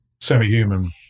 semi-human